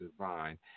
divine